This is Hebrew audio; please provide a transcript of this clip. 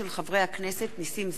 של חברי הכנסת נסים זאב,